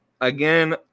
Again